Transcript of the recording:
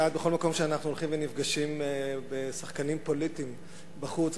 בכל מקום שאנחנו הולכים ופוגשים בשחקנים פוליטיים בחוץ,